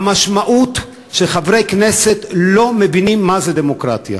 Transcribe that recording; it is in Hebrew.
המשמעות היא שחברי כנסת לא מבינים מה זה דמוקרטיה.